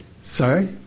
Sorry